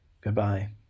Goodbye